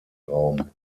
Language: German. raum